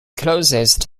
closest